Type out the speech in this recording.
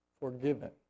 forgiven